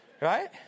right